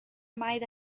might